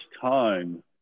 time